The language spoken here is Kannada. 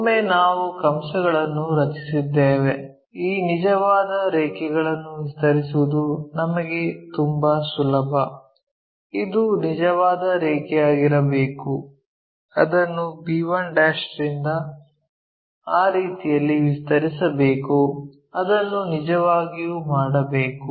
ಒಮ್ಮೆ ನಾವು ಕಂಸಗಳನ್ನು ರಚಿಸಿದ್ದೇವೆ ಈ ನಿಜವಾದ ರೇಖೆಗಳನ್ನು ವಿಸ್ತರಿಸುವುದು ನಮಗೆ ತುಂಬಾ ಸುಲಭ ಇದು ನಿಜವಾದ ರೇಖೆಯಾಗಿರಬೇಕು ಅದನ್ನು b1' ರಿಂದ ಆ ರೀತಿಯಲ್ಲಿ ವಿಸ್ತರಿಸಬೇಕು ಅದನ್ನು ನಿಜವಾಗಿಯೂ ಮಾಡಬೇಕು